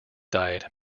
diet